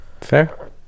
fair